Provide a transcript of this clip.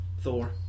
Thor